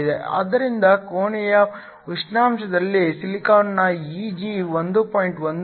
ಆದ್ದರಿಂದ ಕೋಣೆಯ ಉಷ್ಣಾಂಶದಲ್ಲಿ ಸಿಲಿಕಾನ್ನ Eg 1